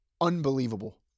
unbelievable